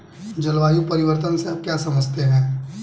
जलवायु परिवर्तन से आप क्या समझते हैं?